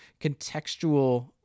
contextual